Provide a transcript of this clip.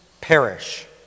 perish